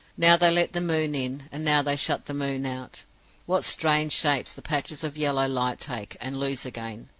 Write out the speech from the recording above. now they let the moon in and now they shut the moon out what strange shapes the patches of yellow light take, and lose again,